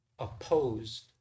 Opposed